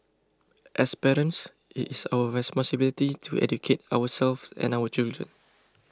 as parents it is our responsibility to educate ourselve and our children